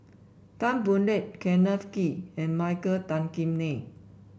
Tan Boo Liat Kenneth Kee and Michael Tan Kim Nei